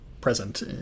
present